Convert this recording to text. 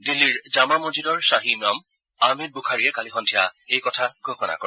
দিল্লীৰ জামা মছজিদৰ শ্বাহি ইমাম আহমেদ বুখাৰীয়ে কালি সন্ধিয়া এই কথা ঘোষণা কৰে